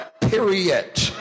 period